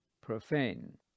profane